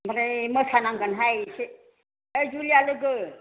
होनबालाय मोसानांगोनहाय एसे ओइ जुलिया लोगो